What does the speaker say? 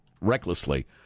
recklessly